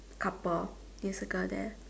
couple there's a girl there